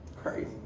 Crazy